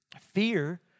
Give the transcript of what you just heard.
Fear